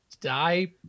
die